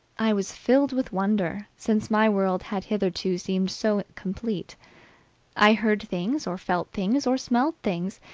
i was filled with wonder, since my world had hitherto seemed so complete i heard things, or felt things, or smelled things,